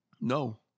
No